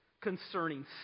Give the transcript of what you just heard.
concerning